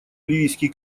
ливийский